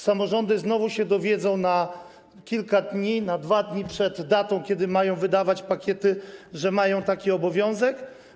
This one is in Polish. Samorządy znowu dowiedzą się na kilka dni, na 2 dni przed datą, kiedy mają wydawać pakiety, że mają taki obowiązek.